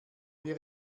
wir